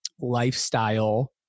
lifestyle